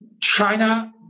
China